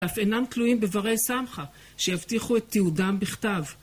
אף אינם תלויים בברי סמכה שיבטיחו את תיעודם בכתב.